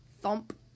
thump